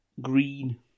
Green